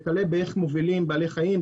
וכלה באיך מובילים בעלי חיים,